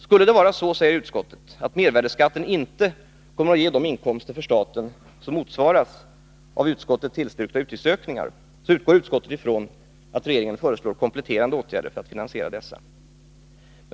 Skulle det vara så, säger utskottet, att mervärdeskatten inte kommer att ge de inkomster för staten som motsvarar av utskottet tillstyrkta utgiftsökningar, så utgår utskottet ifrån att regeringen föreslår kompletterande åtgärder för att finansiera dessa.